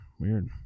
Weird